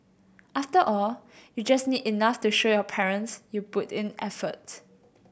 after all you just need enough to show your parents you put in effort